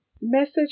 message